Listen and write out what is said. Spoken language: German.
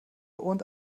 und